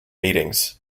meetings